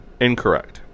incorrect